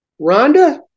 Rhonda